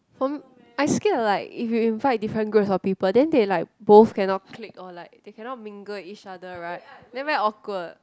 for m~ I scared like if you invite different groups of people then they like both cannot click or like they cannot mingle with each other right then very awkward